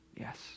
Yes